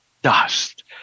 dust